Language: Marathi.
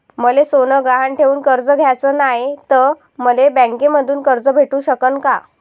मले सोनं गहान ठेवून कर्ज घ्याचं नाय, त मले बँकेमधून कर्ज भेटू शकन का?